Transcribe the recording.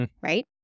right